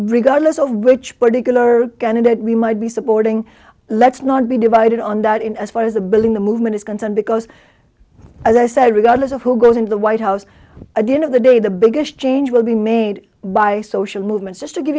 regardless of which particular candidate we might be supporting let's not be divided on that in as far as the building the movement is concerned because as i say regardless of who goes in the white house at the end of the day the biggest change will be made by social movements just to give